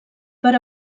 per